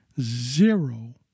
zero